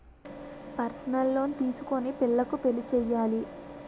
personal loan తీసుకొని పిల్లకు పెళ్లి చేయాలి